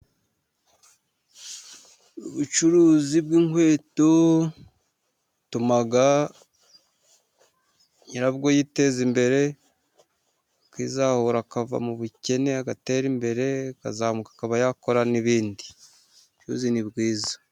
Ubucuruzi bw'inkweto butuma nyirabwo yiteza imbere. Akizahura akava mu bukene agatera imbere, akazamuka akaba yakora n'ibindi. Ubucuruzi ni bwiza.